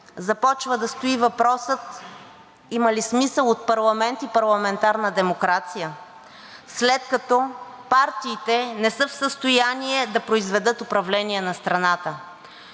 започва да стои въпросът има ли смисъл от парламент и парламентарна демокрация, след като партиите не са в състояние да произведат управление на страната.